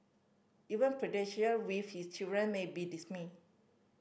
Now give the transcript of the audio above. even with his children may be stymied